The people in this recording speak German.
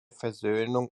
versöhnung